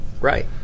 Right